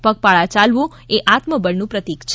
પગપાળા ચાલવું એ આત્મબળનું પ્રતિક છે